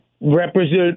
Represent